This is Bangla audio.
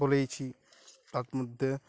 তার মধ্যে